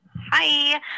Hi